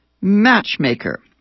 Matchmaker